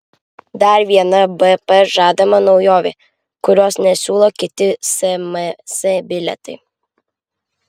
dar viena bp žadama naujovė kurios nesiūlo kiti sms bilietai